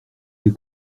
les